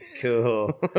cool